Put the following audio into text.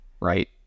right